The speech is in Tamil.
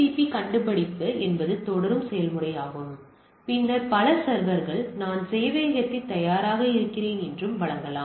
பி கண்டுபிடிப்பு என்பது தொடரும் செயல்முறையாகும் பின்னர் பல சர்வர்கள் நான் சேவை செய்யத் தயாராக இருக்கிறேன் என்று வழங்கலாம்